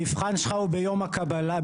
המבחן שלך הוא ביום הקבלה,